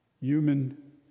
human